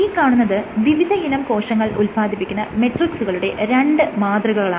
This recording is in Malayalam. ഈ കാണുന്നത് വിവിധയിനം കോശങ്ങൾ ഉത്പാദിപ്പിക്കുന്ന മെട്രിക്സുകളുടെ രണ്ട് മാതൃകളാണ്